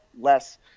less